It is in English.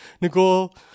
Nicole